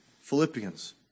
Philippians